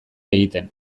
egiten